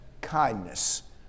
kindness